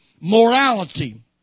morality